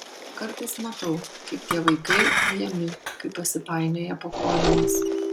kartais matau kaip tie vaikai ujami kai pasipainioja po kojomis